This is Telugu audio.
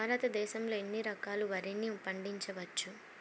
భారతదేశంలో ఎన్ని రకాల వరిని పండించవచ్చు